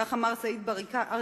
כך אמר סאיב עריקאת